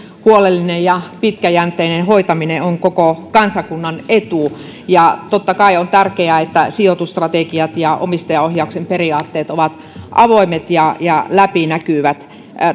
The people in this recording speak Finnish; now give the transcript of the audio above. huolellinen ja pitkäjänteinen hoitaminen on koko kansakunnan etu ja totta kai on tärkeää että sijoitusstrategiat ja omistajaohjauksen periaatteet ovat avoimet ja ja läpinäkyvät